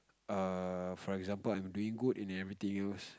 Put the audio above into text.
err for example I'm doing good in everything else